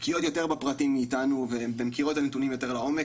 בקיאות יותר מאתנו ומכירות את הפרטים יותר לעומק,